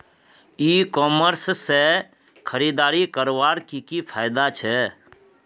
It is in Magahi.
ई कॉमर्स से खरीदारी करवार की की फायदा छे?